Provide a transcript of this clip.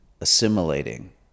assimilating